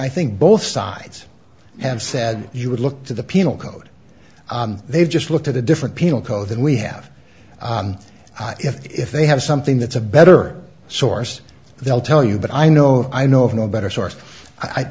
i think both sides have said you would look to the penal code they just looked at the different penal code that we have if they have something that's a better source they'll tell you but i know i know of no better source i